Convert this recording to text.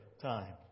time